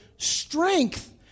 strength